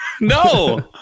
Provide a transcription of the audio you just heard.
No